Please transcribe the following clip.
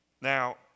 Now